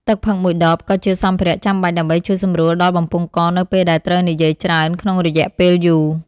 ទឹកផឹកមួយដបក៏ជាសម្ភារៈចាំបាច់ ដើម្បីជួយសម្រួលដល់បំពង់កនៅពេលដែលត្រូវនិយាយច្រើនក្នុងរយៈពេលយូរ។